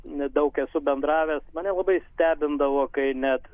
daug esu bendravęs mane labai stebindavo kai net